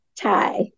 tie